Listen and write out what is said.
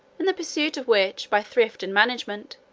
in the pursuit of which, by thrift and management,